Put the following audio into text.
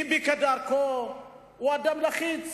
ביבי, כדרכו, הוא אדם לחיץ.